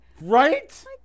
Right